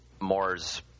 Moore's